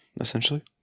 essentially